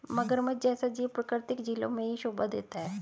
मगरमच्छ जैसा जीव प्राकृतिक झीलों में ही शोभा देता है